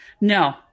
No